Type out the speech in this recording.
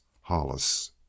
Hollis